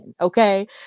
Okay